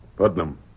Putnam